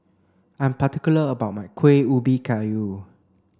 I'm particular about my Kuih Ubi Kayu